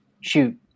shoot